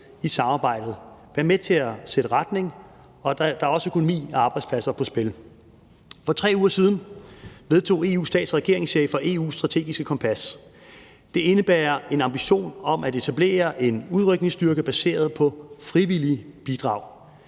i samarbejdet, være med til at sætte retning, og der er også økonomi og arbejdspladser på spil. For 3 uger siden vedtog EU's stats- og regeringschefer EU's strategiske kompas. Det indebærer en ambition om at etablere en udrykningsstyrke baseret på frivillige bidrag.